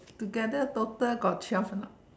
together total got twelve or not